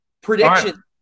prediction